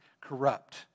corrupt